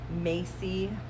Macy